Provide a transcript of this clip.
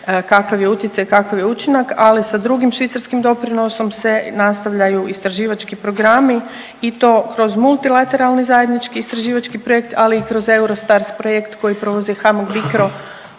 kakav je utjecaj, kakav je učinak, ali sa drugim Švicarskim doprinosom se nastavljaju istraživački programi i to kroz multilateralni zajednički istraživački projekt, ali i kroz Eurostars projekt kojeg je preuzeo HAMAG BICRO